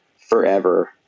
forever